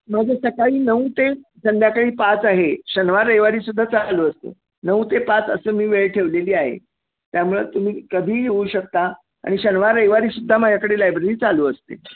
माझं सकाळी नऊ ते संध्याकाळी पाच आहे शनिवार रविवारसुद्धा चालू असतं नऊ ते पाच असं मी वेळ ठेवलेली आहे त्यामुळे तुम्ही कधीही येऊ शकता आणि शनिवार रविवारसुद्धा माझ्याकडे लायब्ररी चालू असते